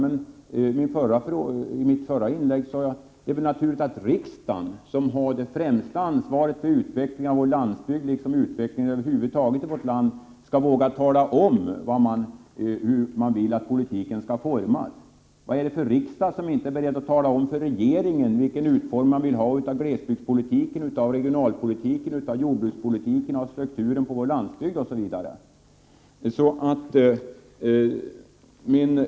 Men såsom jag framhöll i mitt förra inlägg är det naturligt att riksdagen, som har det främsta ansvaret för utvecklingen av vår landsbygd liksom utvecklingen över huvud taget i vårt land, skall våga tala om hur den vill att politiken skall formas. Vad är det för riksdag, som inte är beredd att tala om för regeringen vilken utformning man vill ha av glesbygdspolitiken, regionalpolitiken, jordbrukspolitiken, strukturen på vår landsbygd osv.?